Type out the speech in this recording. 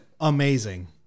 Amazing